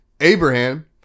Abraham